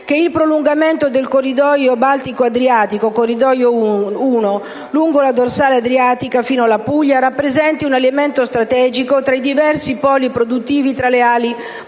il prolungamento del corridoio Baltico-Adriatico (corridoio 1), lungo la dorsale adriatica e fino alla Puglia, rappresenti un elemento strategico tra i diversi poli produttivi e le aree